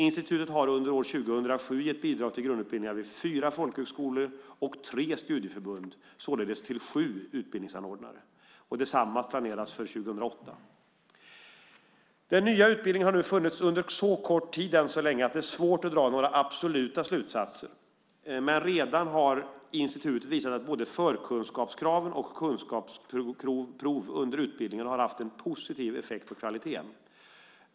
Institutet har under år 2007 gett bidrag till grundutbildningar vid fyra folkhögskolor och tre studieförbund, således till sju utbildningsanordnare. Detsamma planeras för år 2008. Den nya utbildningen har funnits under så kort tid att det är svårt att dra några absoluta slutsatser, men redan nu har Institutet visat att både förkunskapskrav och kunskapsprov under utbildningen har haft en positiv effekt på kvaliteten.